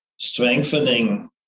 strengthening